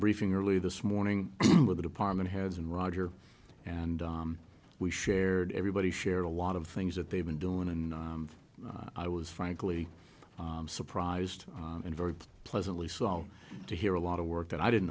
briefing early this morning with the department heads and roger and we shared everybody shared a lot of things that they've been doing and i was frankly surprised and very pleasantly so to hear a lot of work that i didn't